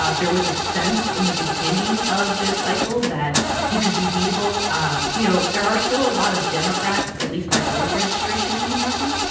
ah there was a sense in the beginning of the cycle that he could be beatable. um you know, there are still a lot of democrats, at least by voter registration, in kentucky.